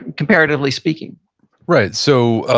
comparatively speaking right? so,